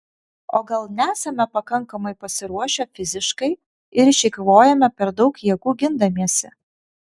o gal nesame pakankamai pasiruošę fiziškai ir išeikvojome per daug jėgų gindamiesi